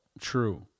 true